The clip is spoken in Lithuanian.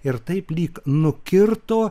ir taip lyg nukirto